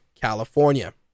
california